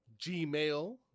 Gmail